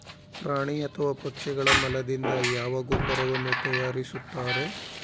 ಪ್ರಾಣಿ ಅಥವಾ ಪಕ್ಷಿಗಳ ಮಲದಿಂದ ಯಾವ ಗೊಬ್ಬರವನ್ನು ತಯಾರಿಸುತ್ತಾರೆ?